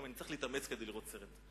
אני צריך להתאמץ כדי לראות סרט.